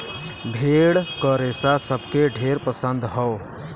भेड़ क रेसा सबके ढेर पसंद हौ